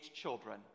children